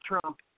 Trump